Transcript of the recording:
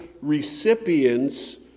recipients